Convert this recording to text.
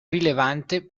rilevante